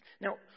Now